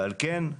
ועל כן,